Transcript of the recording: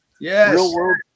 Yes